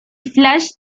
flash